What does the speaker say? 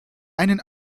einen